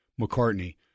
McCartney